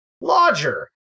Lodger